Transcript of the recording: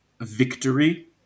victory